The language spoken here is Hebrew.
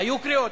היו קריאות.